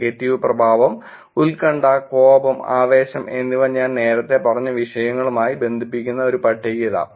negative പ്രഭാവം ഉത്കണ്ഠ കോപം ആവേശം എന്നിവ ഞാൻ നേരത്തെ പറഞ്ഞ വിഷയങ്ങളുമായി ബന്ധിപ്പിക്കുന്ന ഒരു പട്ടിക ഇതാ